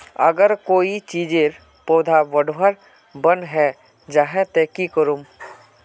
अगर कोई चीजेर पौधा बढ़वार बन है जहा ते की करूम?